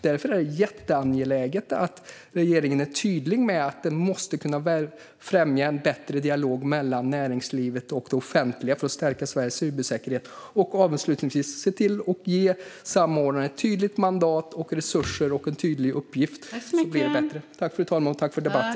Därför är det jätteangeläget att regeringen är tydlig med att det måste kunna främja bättre dialog mellan näringslivet och det offentliga för att stärka Sveriges cybersäkerhet. För det tredje: Ge samordnaren ett tydligt mandat, resurser och en tydlig uppgift! Då blir det bättre.